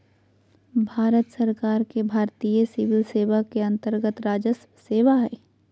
भारत सरकार के भारतीय सिविल सेवा के अन्तर्गत्त राजस्व सेवा हइ